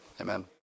Amen